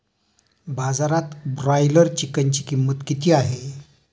बाजारात ब्रॉयलर चिकनची किंमत किती आहे?